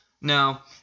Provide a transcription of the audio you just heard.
Now